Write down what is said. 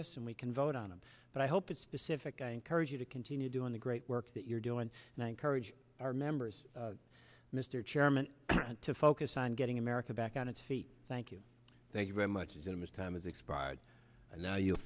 us and we can vote on it but i hope it's specific i encourage you to continue doing the great work that you're doing now encourage our members mr chairman to focus on getting america back on its feet thank you thank you very much as it is time has expired and now you